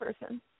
person